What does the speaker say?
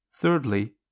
Thirdly